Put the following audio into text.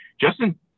Justin